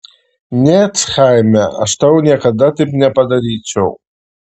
ne chaime aš tau niekada taip nepadaryčiau